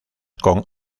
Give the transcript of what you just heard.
con